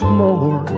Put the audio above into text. more